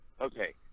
okay